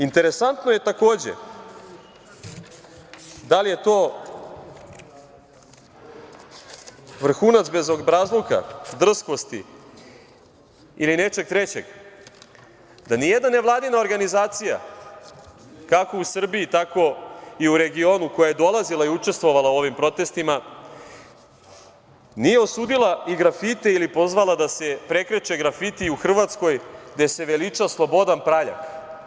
Interesantno je takođe, da li je to vrhunac bezobrazluka, drskosti ili nečeg trećeg, da nijedna nevladina organizacija, kako u Srbiji, tako i u regionu, koja je dolazila i učestvovala u ovim protestima, nije osudila i grafite ili pozvala da se prekreče grafiti u Hrvatskoj gde se veliča Slobodan Praljak.